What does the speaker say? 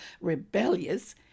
rebellious